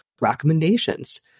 recommendations